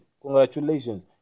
congratulations